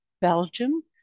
Belgium